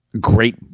great